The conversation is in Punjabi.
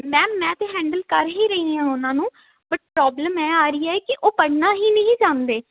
ਮੈਮ ਮੈਂ ਤਾਂ ਹੈਂਡਲ ਕਰ ਹੀ ਰਹੀ ਹਾਂ ਉਹਨਾਂ ਨੂੰ ਬਟ ਪ੍ਰੋਬਲਮ ਇਹ ਆ ਰਹੀ ਹੈ ਕਿ ਉਹ ਪੜ੍ਹਨਾ ਹੀ ਨਹੀਂ ਚਾਹੁੰਦੇ